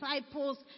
disciples